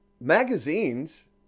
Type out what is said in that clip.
magazines